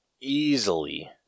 Easily